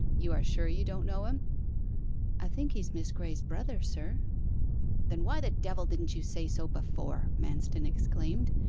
you are sure you don't know him i think he is miss graye's brother, sir then, why the devil didn't you say so before manston exclaimed,